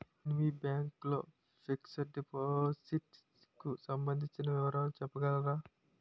నేను మీ బ్యాంక్ లో ఫిక్సడ్ డెపోసిట్ కు సంబందించిన వివరాలు చెప్పగలరా?